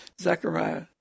Zechariah